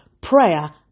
prayer